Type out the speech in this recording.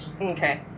Okay